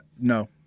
No